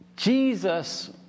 Jesus